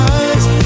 eyes